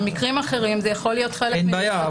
במקרים אחרים זה יכול להיות חלק --- אין בעיה,